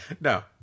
no